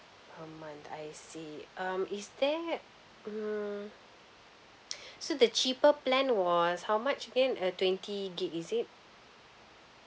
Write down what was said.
per month I see um is there mm so the cheaper plan was how much again uh twenty gig is it